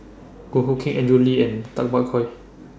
Goh Hood Keng Andrew Lee and Tay Bak Koi